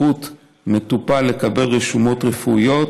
זכות מטופל לקבל רשומות רפואיות),